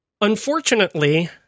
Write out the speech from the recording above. Unfortunately